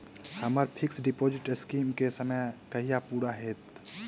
हम्मर fix deposit scheme केँ समय कहिया पूरा हैत?